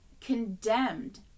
condemned